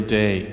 day